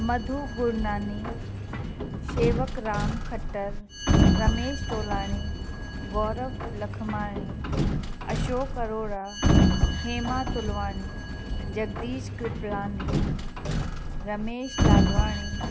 Madhu Gurnani Shewak Ram Khattar Ramesh Tolani Gaurav Lakhmani Ashok Arora Hema Tulwani Jagdish Kripalani Ramesh Lalwani